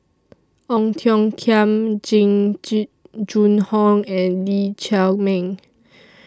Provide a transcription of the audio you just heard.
Ong Tiong Khiam Jing Jun Hong and Lee Chiaw Meng